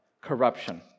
corruption